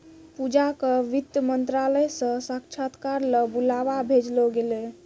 पूजा क वित्त मंत्रालय स साक्षात्कार ल बुलावा भेजलो गेलै